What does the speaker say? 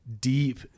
deep